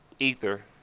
Ether